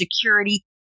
security